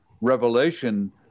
revelation